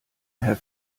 herr